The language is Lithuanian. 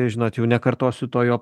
žinot jau nekartosiu to jo